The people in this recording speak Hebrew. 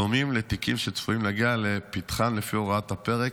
הדומים לתיקים שצפויים להגיע לפתחם לפי הוראות הפרק